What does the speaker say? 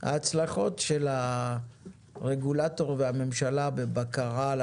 וההצלחות של הרגולטור והממשלה בבקרה על